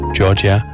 Georgia